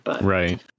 Right